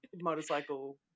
motorcycle